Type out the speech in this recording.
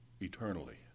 eternally